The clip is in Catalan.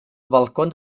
balcons